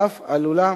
ואף עלולה